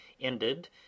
ended